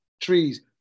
trees